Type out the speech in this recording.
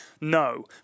no